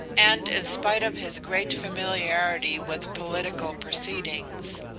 and in spite of his great familiarity with political proceedings,